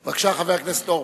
בבקשה, חבר הכנסת אורבך.